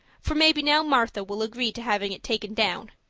for maybe now martha will agree to having it taken down.